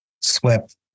swept